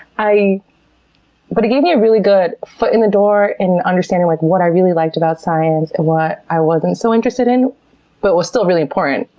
but it gave me a really good foot in the door in understanding like what i really liked about science, and what i wasn't so interested in but was still really important,